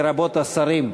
לרבות השרים.